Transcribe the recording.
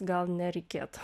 gal nereikėtų